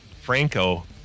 Franco